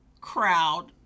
crowd